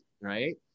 right